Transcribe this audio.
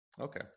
okay